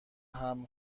همه